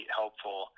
helpful